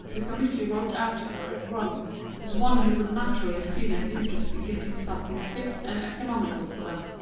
the committee wrote out to her at rome as one who would naturally feel an interest in getting something fit and economical for them.